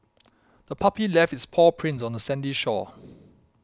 the puppy left its paw prints on the sandy shore